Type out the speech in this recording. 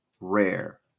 rare